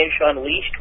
Unleashed